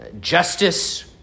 justice